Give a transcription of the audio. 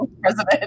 president